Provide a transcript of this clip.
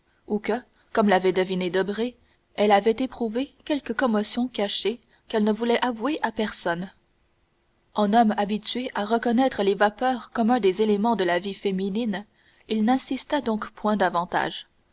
comme l'avait deviné debray elle avait éprouvé quelque commotion cachée qu'elle ne voulait avouer à personne en homme habitué à reconnaître les vapeurs comme un des éléments de la vie féminine il n'insista donc point davantage